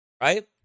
right